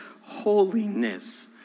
holiness